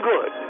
good